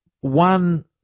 one